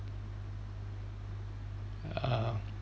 uh